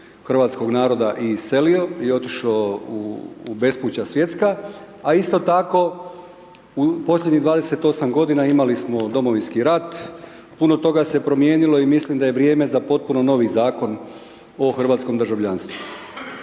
hrvatskog naroda iselio i otišao u bespuća svjetska, a isto tako, u posljednjih 28 g. imali smo Domovinski rat, puno toga se je promijenilo i mislim da je vrijeme za potpuno novi zakon o hrvatskom državljanstvu.